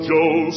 Joe